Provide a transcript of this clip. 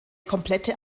komplette